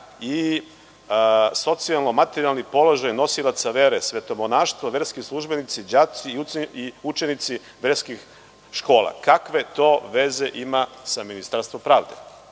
i socijalno materijalni položaj nosilaca vere, sveto monaštvo, verski službenici, đaci i učenici verskih škola? Kakve to veze ima sa Ministarstvom pravde?